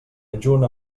adjunt